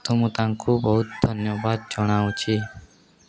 ତ ମୁଁ ତାଙ୍କୁ ବହୁତ ଧନ୍ୟବାଦ ଜଣାଉଛି